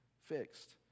fixed